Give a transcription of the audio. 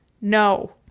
no